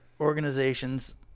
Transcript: organizations